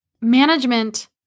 Management